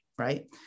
right